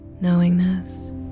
knowingness